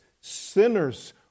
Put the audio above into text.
sinners